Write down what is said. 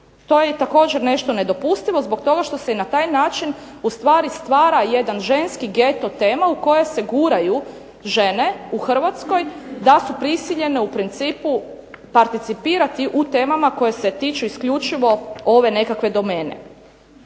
To je također nešto nedopustivo, zbog toga što se na taj način stvara jedan ženski geto tema u koje se guraju žene u Hrvatskoj da su prisiljene u principu participirati u temama koje se tiču isključivo ove nekakve domene.